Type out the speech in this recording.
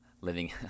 living